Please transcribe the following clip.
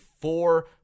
four